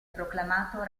proclamato